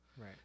Right